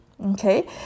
Okay